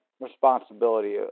responsibility